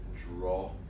draw